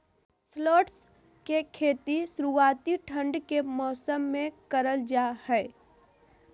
shallots के खेती शुरुआती ठंड के मौसम मे करल जा हय